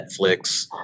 Netflix